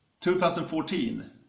2014